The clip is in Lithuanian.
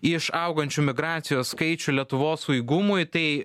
iš augančių migracijos skaičių lietuvos saugumui tai